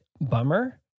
bummer